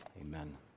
Amen